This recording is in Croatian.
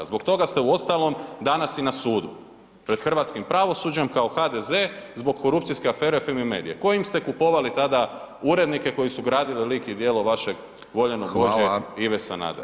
Zbog toga ste uostalom danas i na sudu pred hrvatskim pravosuđem kao HDZ zbog korupcijske afere Fimi medije kojim ste kupovali tada urednike koji su gradili lik i djelo vašeg voljenog vođe Ive Sanadera.